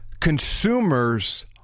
consumers